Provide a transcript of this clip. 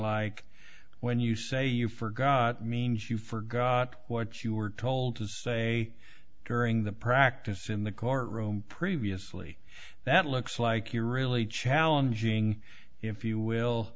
like when you say you forgot means you forgot what you were told to say during the practice in the court room previously that looks like you're really challenging if you will